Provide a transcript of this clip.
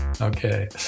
okay